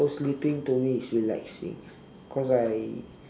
so sleeping to me is relaxing cause I